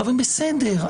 חברים, בסדר.